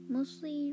Mostly